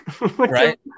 right